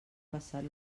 passat